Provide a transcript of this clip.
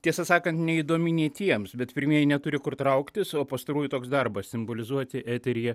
tiesą sakant neįdomi nei tiems bet pirmieji neturi kur trauktis o pastarųjų toks darbas simbolizuoti eteryje